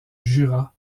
jura